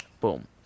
Boom